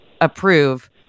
approve